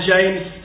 James